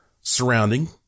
surrounding